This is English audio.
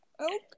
Okay